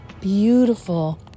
beautiful